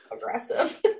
aggressive